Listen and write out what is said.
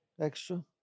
extra